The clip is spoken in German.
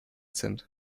sind